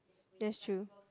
that's true